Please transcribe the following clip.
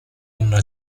una